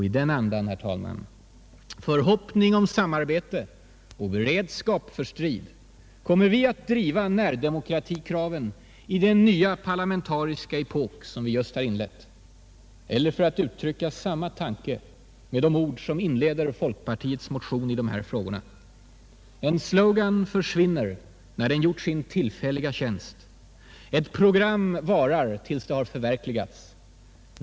I den andan — förhoppning om samarbete och beredskap för strid — kommer vi att driva närdemokrati-kraven i den nya parlamentariska epok som vi just har inlett. Eller för att uttrycka samma tanke med de ord som inleder folkpartiets motion i de här frågorna: ”En slogan försvinner när den gjort sin tillfälliga tjänst. Ett program varar tills det har förverkligats.